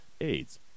AIDS